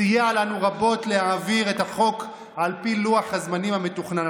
סייע לנו רבות להעביר את החוק על פי לוח הזמנים המתוכנן.